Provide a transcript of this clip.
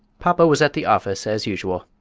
papa was at the office, as usual.